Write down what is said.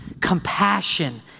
compassion